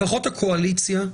לפחות הקואליציה,